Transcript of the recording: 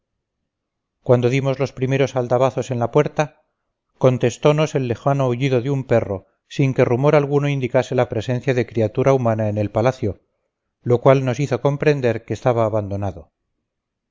cuando dimos los primeros aldabazos en la puerta contestonos el lejano ladrido de un perro sin que rumor alguno indicase la presencia de criatura humana en el palacio lo cual nos hizo comprender que estaba abandonado